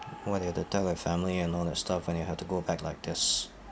what do you have to tell your family and all that stuff and you had to go back like this